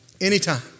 Anytime